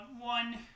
one